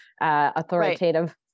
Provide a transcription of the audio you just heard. authoritative